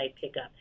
pickup